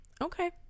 Okay